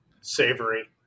Savory